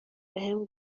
بهم